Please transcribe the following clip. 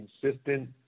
consistent